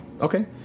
Okay